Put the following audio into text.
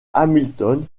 hamilton